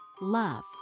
love